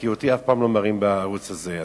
כי אותי אף פעם לא מראים בערוץ הזה.